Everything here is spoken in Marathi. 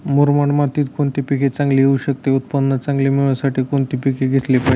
मुरमाड मातीत कोणते पीक चांगले येऊ शकते? उत्पादन चांगले मिळण्यासाठी कोणते पीक घेतले पाहिजे?